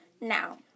Now